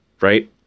right